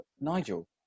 Nigel